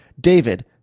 David